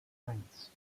eins